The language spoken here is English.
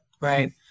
Right